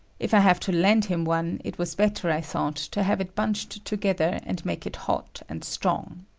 if i have to land him one, it was better, i thought, to have it bunched together and make it hot and strong.